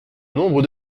nombre